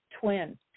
twin